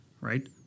right